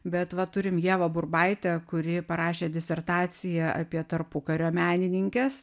bet va turim ievą burbaitę kuri parašė disertaciją apie tarpukario menininkes